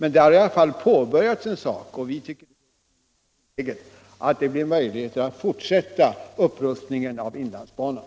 Nu har en anskaffning påbörjats, och vi tycker att det är mycket angeläget att man kan fortsätta upprustningen av inlandsbanan.